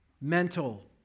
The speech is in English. mental